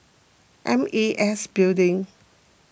M E S Building